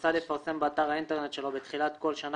המוסד יפרסם באתר האינטרנט שלו בתחילת כל שנה